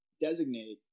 designate